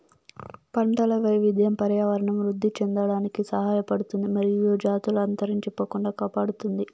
పంటల వైవిధ్యం పర్యావరణం వృద్ధి చెందడానికి సహాయపడుతుంది మరియు జాతులు అంతరించిపోకుండా కాపాడుతుంది